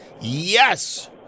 yes